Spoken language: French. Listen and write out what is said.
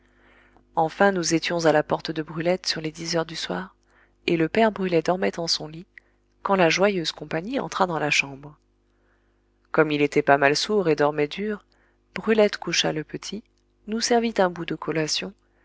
enfin nous étions à la porte de brulette sur les dix heures du soir et le père brulet dormait en son lit quand la joyeuse compagnie entra dans la chambre comme il était pas mal sourd et dormait dur brulette coucha le petit nous servit un bout de collation